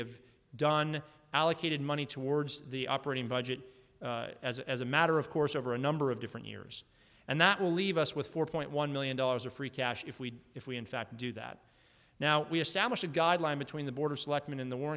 have done allocated money towards the operating budget as as a matter of course over a number of different years and that will leave us with four point one million dollars of free cash if we if we in fact do that now we establish a guideline between the border selectman in the war